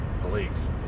police